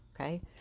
Okay